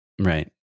Right